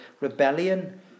rebellion